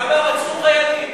כמה רצחו חיילים?